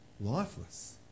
lifeless